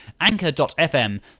anchor.fm